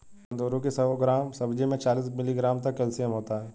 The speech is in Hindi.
कुंदरू की सौ ग्राम सब्जी में चालीस मिलीग्राम तक कैल्शियम होता है